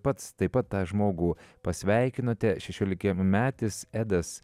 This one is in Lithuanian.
pats taip pat tą žmogų pasveikinote šešiolikmetis edas